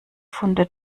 funde